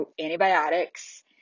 antibiotics